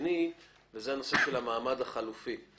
השני זה הנושא של המעמד החלופי,